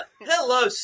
hello